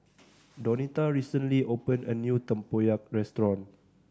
Donita recently opened a new tempoyak restaurant